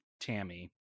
Tammy